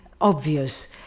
obvious